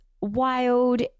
wild